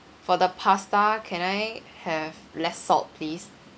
for the pasta can I have less salt please